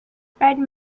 fred